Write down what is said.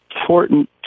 important